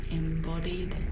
embodied